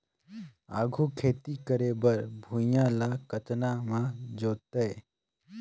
आघु खेती करे बर भुइयां ल कतना म जोतेयं?